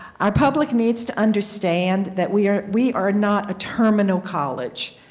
our public needs to understand that we are we are not a terminal college.